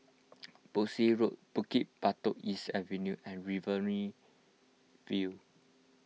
Boscombe Road Bukit Batok East Avenue and Riverina View